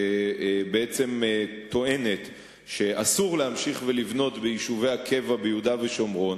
שבעצם טוענת שאסור להמשיך ולבנות ביישובי הקבע ביהודה ושומרון,